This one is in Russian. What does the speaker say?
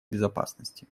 безопасности